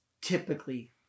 typically